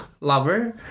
lover